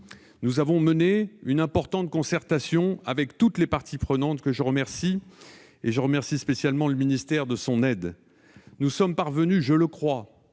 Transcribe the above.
Nous avons mené une importante concertation avec toutes les parties prenantes. Je remercie spécialement le ministère de son aide. Nous sommes parvenus à une